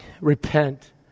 Repent